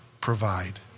provide